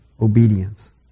obedience